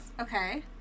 okay